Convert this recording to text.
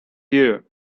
here